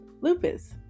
lupus